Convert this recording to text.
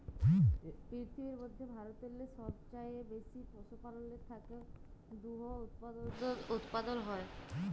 পিরথিবীর ম্যধে ভারতেল্লে সবচাঁয়ে বেশি পশুপাললের থ্যাকে দুহুদ উৎপাদল হ্যয়